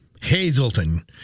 Hazleton